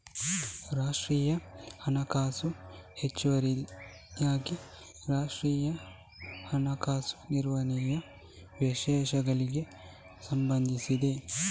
ಅಂತರರಾಷ್ಟ್ರೀಯ ಹಣಕಾಸು ಹೆಚ್ಚುವರಿಯಾಗಿ ಅಂತರರಾಷ್ಟ್ರೀಯ ಹಣಕಾಸು ನಿರ್ವಹಣೆಯ ವಿಷಯಗಳಿಗೆ ಸಂಬಂಧಿಸಿದೆ